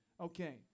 Okay